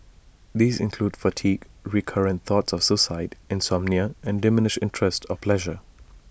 these include fatigue recurrent thoughts of suicide insomnia and diminished interest or pleasure